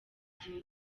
igihe